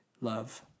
love